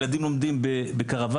ילדים לומדים בקרוואנים.